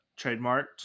trademarked